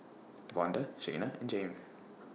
Vonda Shaina and Jayme